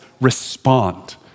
respond